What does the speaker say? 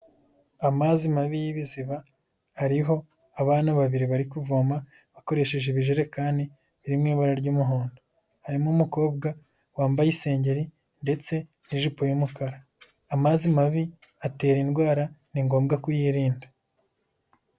Amazi mabi y'ibiziba hariho abana babiri bari kuvoma bakoresheje ibijerekani biri mu ibara ry'umuhondo, harimo umukobwa wambaye isengeri ndetse n'ijipo y'umukara. Amazi mabi atera indwara ni ngombwa kuyirinda.